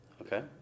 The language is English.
okay